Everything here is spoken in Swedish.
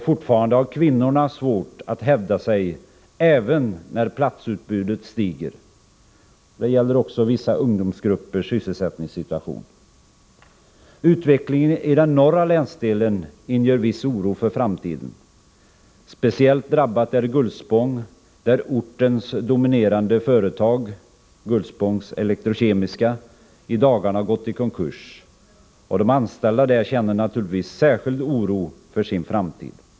Fortfarande har kvinnorna svårt att hävda sig även när platsutbudet stiger. Det gäller också vissa ungdomsgruppers sysselsättningssituation. Utvecklingen i den norra länsdelen inger viss oro för framtiden. Speciellt drabbat är Gullspång, där ortens dominerande företag, Gullspångs Elektrokemiska AB, i dagarna gått i konkurs. De anställda där känner naturligtvis särskild oro för sin framtid.